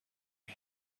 you